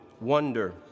wonder